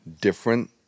different